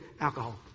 alcohol